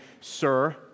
Sir